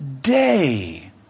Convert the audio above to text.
day